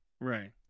right